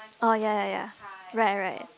oh ya ya ya right right